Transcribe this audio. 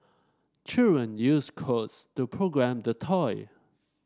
children used codes to program the toy